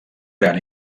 gran